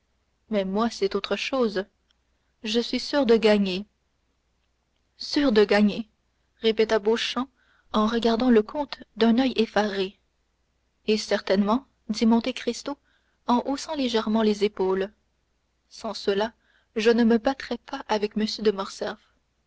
mais moi c'est autre chose je suis sûr de gagner sûr de gagner répéta beauchamp en regardant le comte d'un oeil effaré eh certainement dit monte cristo en haussant légèrement les épaules sans cela je ne me battrais pas avec m de